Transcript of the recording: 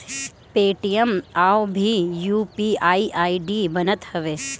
Paytm पअ भी UPI ID बनत हवे